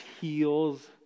heals